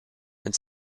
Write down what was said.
and